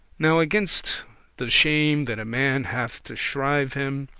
now against the shame that a man hath to shrive him,